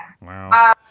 Wow